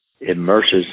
immerses